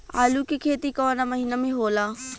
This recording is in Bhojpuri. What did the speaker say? आलू के खेती कवना महीना में होला?